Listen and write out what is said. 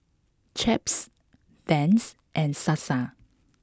Chaps Vans and Sasa